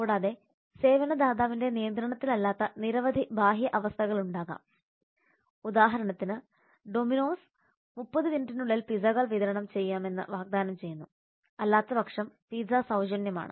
കൂടാതെ സേവന ദാതാവിന്റെ നിയന്ത്രണത്തിലല്ലാത്ത നിരവധി ബാഹ്യ അവസ്ഥകൾ ഉണ്ടാകാം ഉദാഹരണത്തിന് ഡൊമിനോസ് 30 മിനിറ്റിനുള്ളിൽ പിസ്സകൾ വിതരണം ചെയ്യാമെന്ന് വാഗ്ദാനം ചെയ്യുന്നു അല്ലാത്തപക്ഷം പിസ്സ സൌജന്യമാണ്